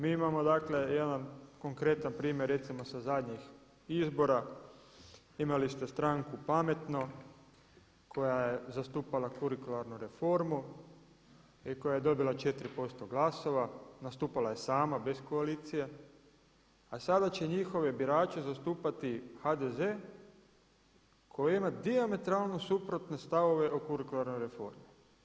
Mi imamo dakle jedan konkretan primjer recimo sa zadnjih izbora, imali ste stranku Pametno koja je zastupala kurikularnu reformu i koja je dobila 4% glasova, nastupala je sama bez koalicije, a sada će njihove birače zastupati HDZ koji ima dijametralno suprotne stavove o kurikularnoj reformi.